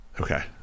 Okay